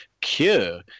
cure